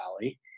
Valley